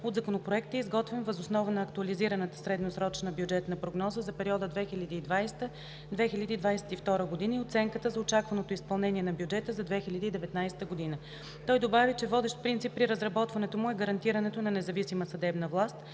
от Законопроекта, е изготвен въз основа на aктуализираната средносрочна бюджетна прогноза за периода 2020 – 2022 г. и оценката за очакваното изпълнение на бюджета за 2019 г. Той добави, че водещ принцип при разработването му е гарантирането на независима съдебна власт